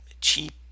cheap